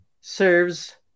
serves